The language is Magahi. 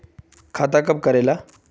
खाता कब करेला?